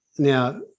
Now